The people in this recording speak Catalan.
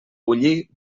bullir